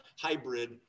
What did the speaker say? hybrid